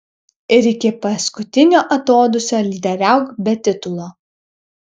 ir iki paskutinio atodūsio lyderiauk be titulo